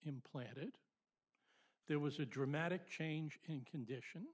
implanted there was a dramatic change in condition